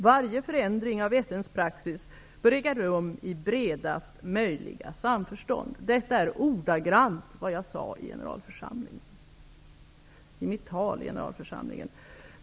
Varje förändring av FN:s praxis bör äga rum i bredast möjliga samförstånd.'' Detta är ordagrant vad jag sade i mitt tal i generalförsamlingen.